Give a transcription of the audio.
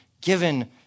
given